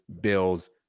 Bills